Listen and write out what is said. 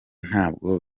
ntabwo